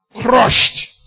crushed